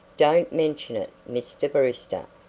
don't mention it, mr. brewster,